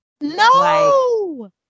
no